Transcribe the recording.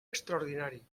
extraordinari